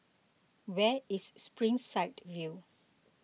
where is Springside View